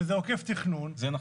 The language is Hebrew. וזה עוקף תכנון -- זה נכון.